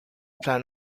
plan